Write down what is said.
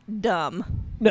dumb